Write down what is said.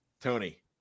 Tony